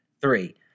Three